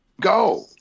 go